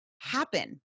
happen